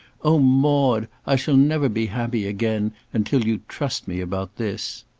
oh, maude, i shall never be happy again until you trust me about this.